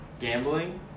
gambling